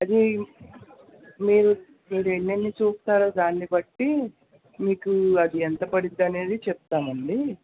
అది మీరు మీరెన్నిన్ని చూస్తారో దాన్ని బట్టి మీకు అది ఎంత పడుతుంది అనేది చెప్తామండి